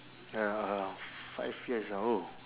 ya uh five years ah oh